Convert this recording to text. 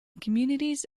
communities